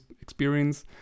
experience